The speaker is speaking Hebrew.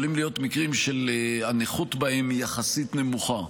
יכולים להיות מקרים שהנכות בהם היא יחסית נמוכה,